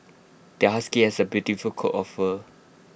their husky has A beautiful coat of fur